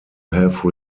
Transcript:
have